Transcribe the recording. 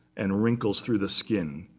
and wrinkles through the skin,